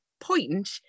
point